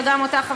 וגם אותך,